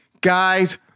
Guys